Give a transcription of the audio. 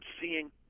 seeing